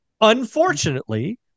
Unfortunately